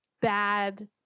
bad